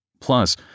Plus